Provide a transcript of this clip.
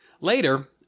later